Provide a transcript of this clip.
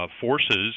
forces